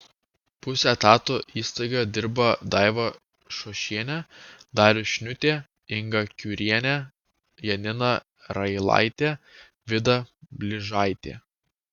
puse etato įstaigoje dirba daiva šošienė darius šniutė inga kiurienė janina railaitė vida blyžaitė